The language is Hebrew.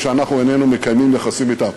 ושאנחנו איננו מקיימים יחסים אתן,